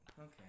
Okay